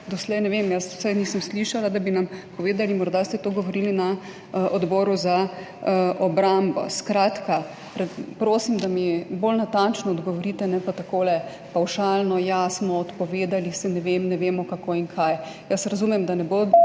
povedali], vsaj jaz nisem slišala, da bi nam povedali, morda ste to govorili na Odboru za obrambo. Skratka, prosim, da mi bolj natančno odgovorite, ne pa takole pavšalno, ja, smo odpovedali, saj ne vemo, kako in kaj. Jaz razumem, da ne bosta